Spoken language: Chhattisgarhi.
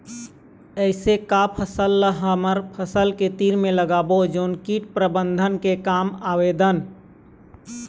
ऐसे का फसल ला हमर फसल के तीर मे लगाबो जोन कीट प्रबंधन के काम आवेदन?